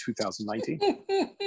2019